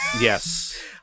Yes